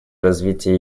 развития